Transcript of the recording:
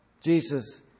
Jesus